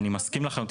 אני מסכים לחלוטין.